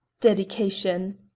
Dedication